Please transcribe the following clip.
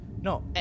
No